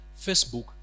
Facebook